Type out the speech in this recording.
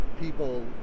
people